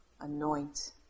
anoint